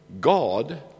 God